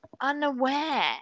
unaware